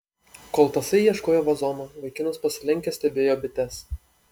kol tasai ieškojo vazono vaikinas pasilenkęs stebėjo bites